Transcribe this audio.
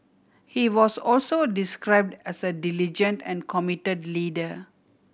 he was also described as a diligent and committed leader